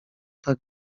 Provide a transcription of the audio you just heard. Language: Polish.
tak